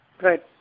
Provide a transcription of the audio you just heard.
Right